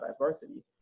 diversity